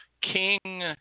king